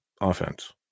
offense